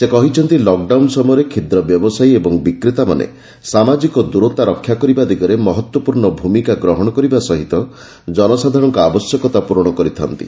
ସେ କହିଛନ୍ତି ଲକଡାଉନ ସମୟରେ କ୍ଷୁଦ୍ର ବ୍ୟବସାୟୀ ଏବଂ ବିକ୍ରେତାମାନେ ସାମାଜିକ ଦୂରତା ରକ୍ଷା କରିବା ଦିଗରେ ମହତ୍ତ୍ୱପୂର୍ଣ୍ଣ ଭୂମିକା ଗ୍ରହଣ କରିବା ସହିତ ଜନସାଧାରଣଙ୍କ ଆବଶ୍ୟକତା ପୂରଣ କରିଥାନ୍ତି